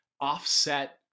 offset